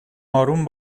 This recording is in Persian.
آروم